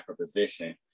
position